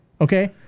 Okay